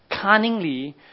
cunningly